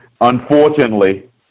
Unfortunately